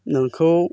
नोंखौ